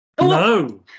No